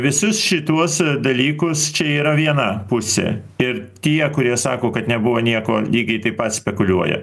visus šituos dalykus čia yra viena pusė ir tie kurie sako kad nebuvo nieko lygiai taip pat spekuliuoja